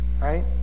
right